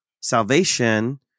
salvation